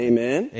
Amen